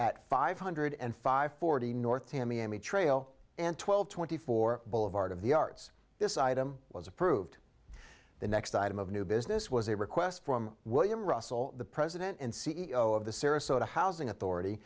at five hundred and five forty north tamiami trail and twelve twenty four boulevard of the arts this item was approved the next item of new business was a request from william russell the president and c e o of the sarasota housing authority